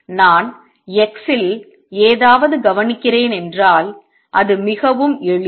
நான் x இல் ஏதாவது கவனிக்கிறேன் என்றால் இது மிகவும் எளிது